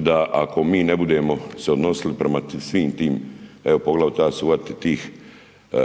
da ako se mi ne budemo odnosili prema svim tim, evo poglavito ja ću se uhvatiti tih